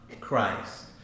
Christ